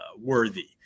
Worthy